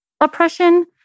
oppression